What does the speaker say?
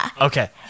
Okay